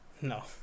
No